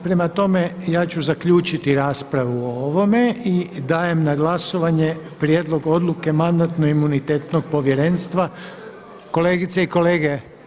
Prema tome ja ću zaključiti raspravu o ovome i dajem na glasovanje Prijedlog odluke Mandatno-imunitetno povjerenstva, kolegice i kolege.